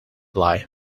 lie